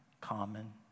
common